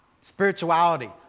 spirituality